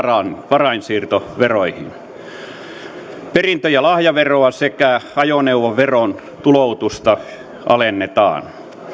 varainsiirtoveroihin perintö ja lahjaveron sekä ajoneuvoveron tuloutusta alennetaan